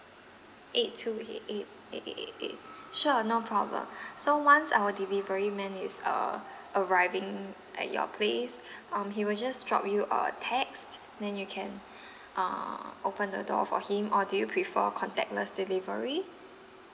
eight two eight eight eight eight eight eight sure no problem so once our delivery man is uh arriving at your place um he'll just drop you a text then you can uh open the door for him or do you prefer contactless delivery